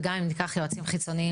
וגם אם ניקח יועצים חיצוניים,